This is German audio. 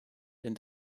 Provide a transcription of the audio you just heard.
denn